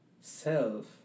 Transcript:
self